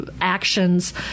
actions